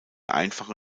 einfache